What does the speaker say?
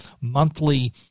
monthly